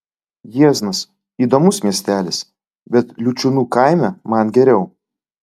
jieznas įdomus miestelis bet liučiūnų kaime man geriau